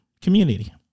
community